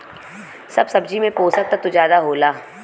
सब सब्जी में पोसक तत्व जादा होला